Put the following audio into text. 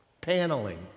Paneling